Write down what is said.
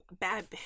bad